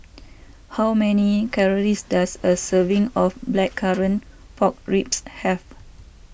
how many calories does a serving of Blackcurrant Pork Ribs have